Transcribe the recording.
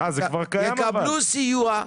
יקבלו סיוע,